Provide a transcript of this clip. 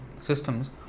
systems